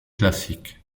classique